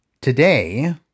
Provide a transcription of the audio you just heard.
Today